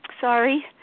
Sorry